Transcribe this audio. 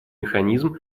механизм